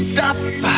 Stop